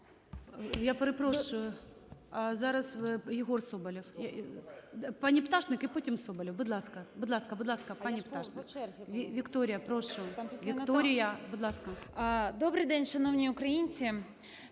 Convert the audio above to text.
Добрий день, шановні українці!